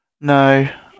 No